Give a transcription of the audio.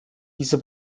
diese